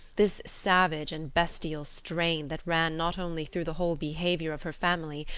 this savage and bestial strain that ran not only through the whole behaviour of her family,